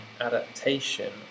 adaptation